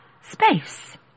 space